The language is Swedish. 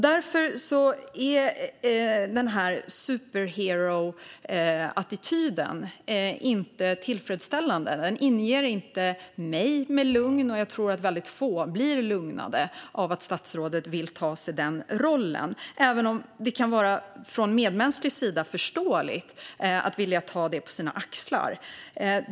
Därför är denna superhero-attityd inte tillfredsställande. Den inger inte mig något lugn, och jag tror att väldigt få blir lugnade av att statsrådet vill ta den rollen, även om det ur ett medmänskligt perspektiv kan vara förståeligt att vilja ta detta på sina axlar.